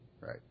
Right